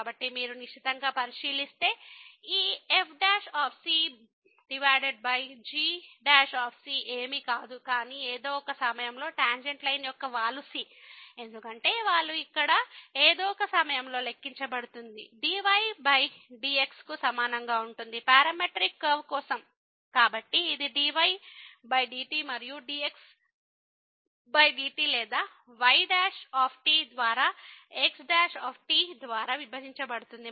కాబట్టి మీరు నిశితంగా పరిశీలిస్తే ఈ f g ఏమీ కాదు కానీ ఏదో ఒక సమయంలో టాంజెంట్ లైన్ యొక్క వాలు c ఎందుకంటే వాలు ఇక్కడ ఏదో ఒక సమయంలో లెక్కించబడుతుంది dy dx కు సమానంగా ఉంటుంది పారామెట్రిక్ కర్వ్ కోసం కాబట్టి ఇది dy dt మరియు dx dt లేదా y ద్వారా x ద్వారా విభజించబడుతుంది